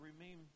Remain